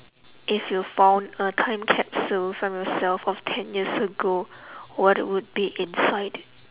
if you found a time capsule from yourself of ten years ago what would be inside